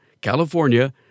California